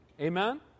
Amen